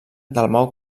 dalmau